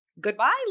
goodbye